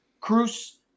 Cruz